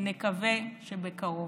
נקווה שבקרוב.